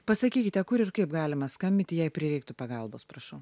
pasakykite kur ir kaip galima skambyti jei prireiktų pagalbos prašau